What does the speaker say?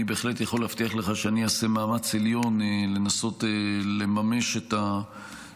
אני בהחלט יכול להבטיח לך שאני אעשה מאמץ עליון לנסות לממש את ההמלצות.